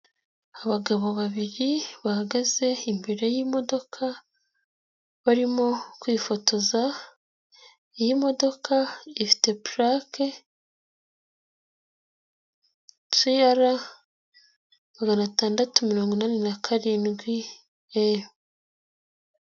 Abagabo babiri bahagaze imbere yimodoka barimo kwifotoza. Iyi modoka ifite plaqu magana atandatu mirongo inani nakarindwi E.